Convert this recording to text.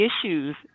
issues